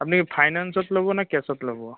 আপুনি ফাইনেঞ্চত ল'ব না কেছত ল'ব